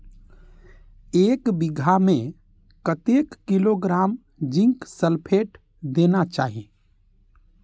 एक बिघा में कतेक किलोग्राम जिंक सल्फेट देना चाही?